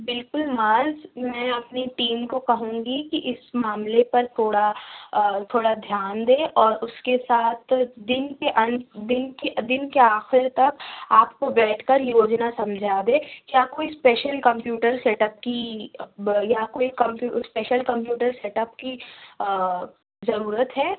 بالکل معاذ میں اپنی ٹیم کو کہوں گی کہ اِس معاملے پر تھوڑا تھوڑا دھیان دیں اور اُس کے ساتھ دِن کے انت دِن کے دِن کے آخر تک آپ کو بیٹھ کر یوجنا سمجھا دے یا کوئی اسپیشل کمپیوٹر سیٹ اپ کی یا کوئی اسپیشل کمپیوٹر سیٹ اپ کی ضرورت ہے